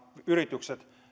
yritykset